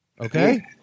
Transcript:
Okay